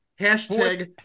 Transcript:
Hashtag